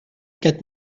quatre